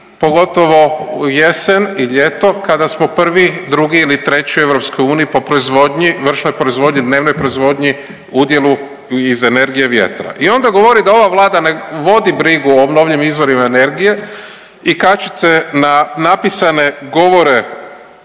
pogotovo u jesen i ljeto kada smo prvi, drugi ili treći u EU po proizvodnji, vršnoj proizvodnji, dnevnoj proizvodnji udjelu iz energije vjetra. I onda govori da ova Vlada ne vodi brigu o obnovljivim izvorima energije i kačit se na napisane govore